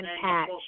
patch